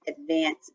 advance